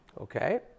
Okay